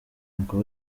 uncle